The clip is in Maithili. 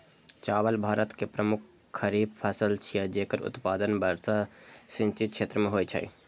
चावल भारत के मुख्य खरीफ फसल छियै, जेकर उत्पादन वर्षा सिंचित क्षेत्र मे होइ छै